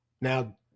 Now